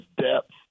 depth